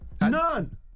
None